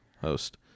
host